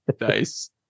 Nice